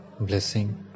blessing